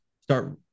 start